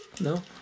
no